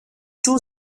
two